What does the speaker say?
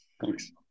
Thanks